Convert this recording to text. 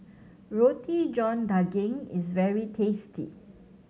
Roti John Daging is very tasty